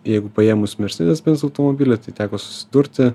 jeigu paėmus mercedes benz automobilį tai teko susidurti